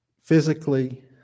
physically